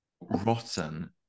rotten